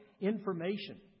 information